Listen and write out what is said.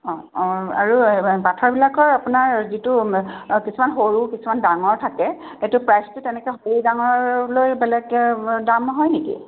অঁ অঁ আৰু পাথৰবিলাকৰ আপোনাৰ যিটো কিছুমান সৰু কিছুমান ডাঙৰ থাকে সেইটো প্ৰাইজটো তেনেকে সৰু ডাঙৰলৈ বেলেগকে দাম হয় নেকি